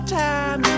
time